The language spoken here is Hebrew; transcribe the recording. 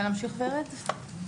לצערי,